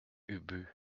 ubu